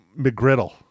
McGriddle